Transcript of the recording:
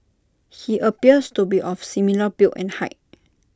he appears to be of similar build and height